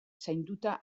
zainduta